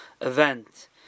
event